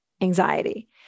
anxiety